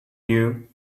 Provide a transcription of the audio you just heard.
you